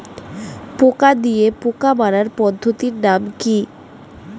পোকা দিয়ে পোকা মারার পদ্ধতির নাম কি?